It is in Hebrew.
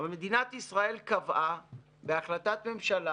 אבל מדינת ישראל קבעה בהחלטת ממשלה